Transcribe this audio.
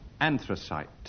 Anthracite